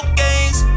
games